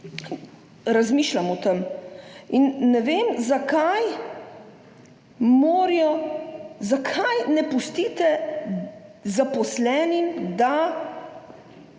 Razmišljam o tem. Ne vem, zakaj ne pustite zaposlenim, da